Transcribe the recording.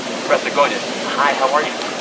professor gulyas, hi. how are you?